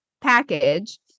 package